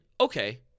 okay